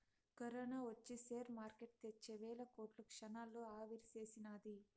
corona ఒచ్చి share market తెచ్చే వేల కోట్లు క్షణాల్లో ఆవిరిసేసినాది